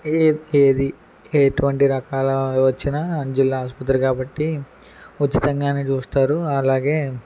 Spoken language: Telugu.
ఏ ఏది ఎటువంటి రకాల వచ్చినా జిల్లా ఆసుపత్రి కాబట్టి ఉచితంగానే చూస్తారు అలాగే